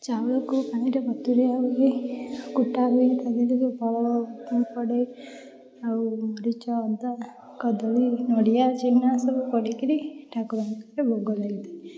ଚାଉଳକୁ ପାଣିରେ ବତୁରେଇବାକୁ ହୁଏ କୁଟା ହୁଏ ତା' ଦେହରେ ଫଳ ପଡ଼େ ଆଉ ଗୋଲମରିଚ ଅଦା କଦଳୀ ନଡ଼ିଆ ଛେନା ସବୁ ପଡ଼ିକରି ଠାକୁରଙ୍କ ପାଖରେ ଭୋଗ ଲାଗିଥାଏ